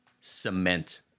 cement